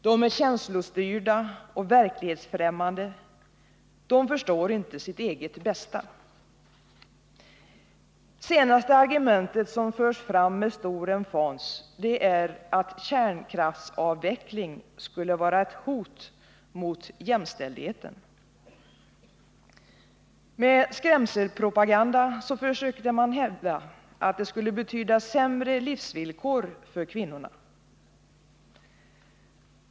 De är känslostyrda och verklighetsfrämmande, de förstår inte sitt eget bästa. Det senaste argumentet, som förs fram med stor emfas, är att kärnkraftsavveckling skulle vara ett hot mot jämställdheten. Med skrämselpropaganda försöker man hävda att det skulle betyda sämre livsvillkor för kvinnorna.